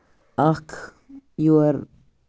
اکھ یور